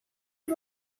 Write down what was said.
کنم